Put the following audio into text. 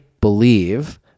believe